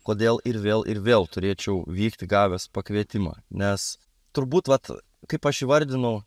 kodėl ir vėl ir vėl turėčiau vykti gavęs pakvietimą nes turbūt vat kaip aš įvardinau